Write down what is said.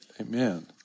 Amen